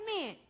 men